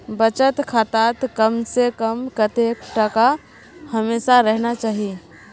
बचत खातात कम से कम कतेक टका हमेशा रहना चही?